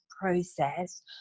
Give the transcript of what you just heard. process